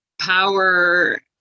power